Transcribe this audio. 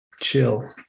Chill